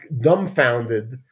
dumbfounded